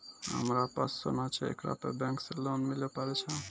हमारा पास सोना छै येकरा पे बैंक से लोन मिले पारे छै?